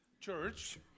church